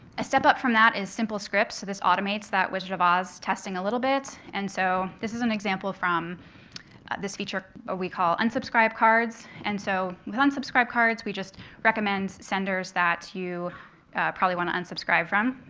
a step up from that is simple scripts. so this automates that wizard of oz testing a little bit. and so this is an example from this feature we call unsubscribe cards. and so with unsubscribe cards, we just recommend senders that you probably want to unsubscribe from.